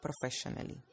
professionally